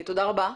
תודה רבה,